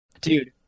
Dude